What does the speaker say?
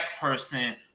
person